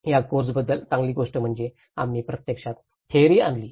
या कोर्स बद्दल चांगली गोष्ट म्हणजे आम्ही प्रत्यक्षात थेअरी आणले